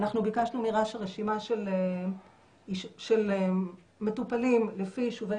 אנחנו ביקשנו מרש"א רשימה של מטופלים לפי יישובי